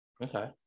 okay